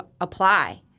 apply